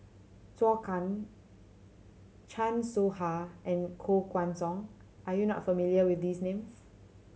Zhou Can Chan Soh Ha and Koh Guan Song are you not familiar with these names